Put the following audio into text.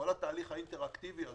כל התהליך האינטראקטיבי הזה,